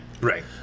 Right